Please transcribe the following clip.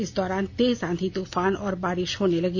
इस दौरान तेज आंधी तूफान और बारिश होने लगी